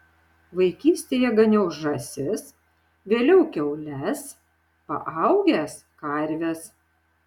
vaikystėje ganiau žąsis vėliau kiaules paaugęs karves